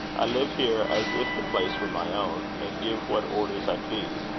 i live here as if the place were my own, and give what orders i please.